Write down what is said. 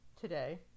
today